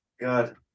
God